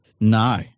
no